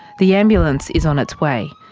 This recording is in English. the ambulance is on its way.